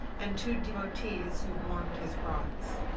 and two devotees who warmed his broths.